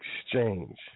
exchange